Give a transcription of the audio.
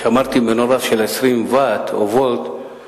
כשאמרתי מנורה של 20 ואט הקצנתי,